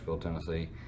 Tennessee